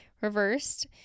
reversed